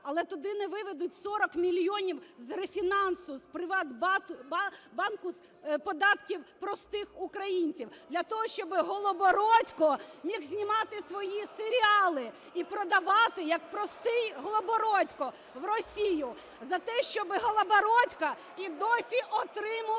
але туди не виведуть 40 мільйонів з рефінансу з ПриватБанку податків простих українців для того, щоб Голобородько міг знімати свої серіали і продавати, як простий Голобородько, в Росію. За те, щоби Голобородько і досі отримував